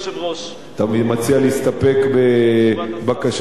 אתה מציע להסתפק בבקשת הנשיא.